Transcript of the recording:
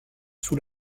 sous